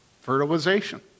Fertilization